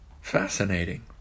Fascinating